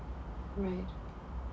right